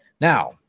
Now